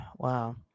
Wow